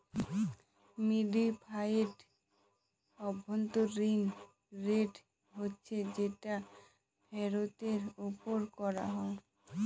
modified অভ্যন্তরীন rate হচ্ছে যেটা ফেরতের ওপর করা হয়